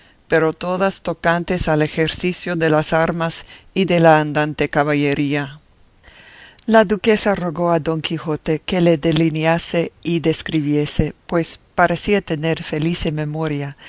pero todas tocantes al ejercicio de las armas y de la andante caballería la duquesa rogó a don quijote que le delinease y describiese pues parecía tener felice memoria